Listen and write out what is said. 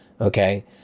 okay